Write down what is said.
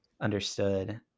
understood